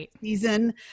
season